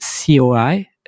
COI